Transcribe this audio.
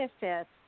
benefits